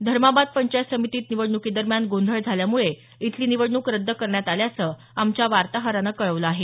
धर्माबाद पंचायत समितीत निवडणुकीदरम्यान गोंधळ झाल्यामुळे इथली निवडणूक रद्द करण्यात आल्याचं आमच्या वार्ताहरानं कळवलं आहे